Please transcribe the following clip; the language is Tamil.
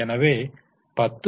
எனவே 10